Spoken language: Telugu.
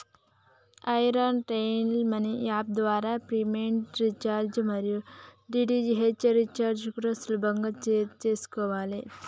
ఎయిర్ టెల్ మనీ యాప్ ద్వారా ప్రీపెయిడ్ రీచార్జి మరియు డీ.టి.హెచ్ రీచార్జి కూడా సులభంగా చేసుకోవాలే